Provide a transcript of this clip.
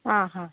आं हां